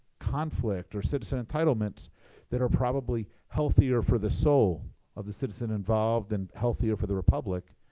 conflict or citizen entitlements that are probably healthier for the soul of the citizen involved and healthier for the republic.